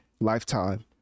lifetime